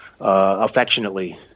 affectionately